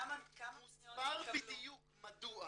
כמה פניות התקבלו -- מוסבר בדיוק מדוע